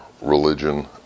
religion